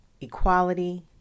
equality